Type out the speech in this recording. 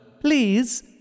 Please